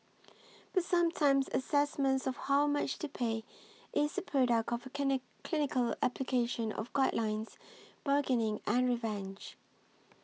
but sometimes assessments of how much to pay is a product of a clinic clinical application of guidelines bargaining and revenge